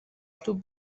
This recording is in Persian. توپ